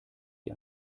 sie